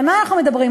על מה אנחנו מדברים?